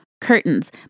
curtains